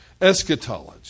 eschatology